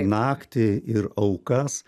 naktį ir aukas